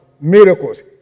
Miracles